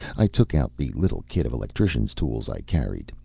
i took out the little kit of electricians' tools i carried,